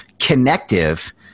connective